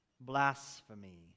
blasphemy